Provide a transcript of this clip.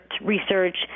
Research